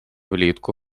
влітку